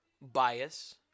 bias